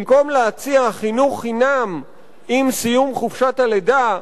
במקום להציע חינוך חינם עם סיום חופשת הלידה,